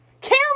care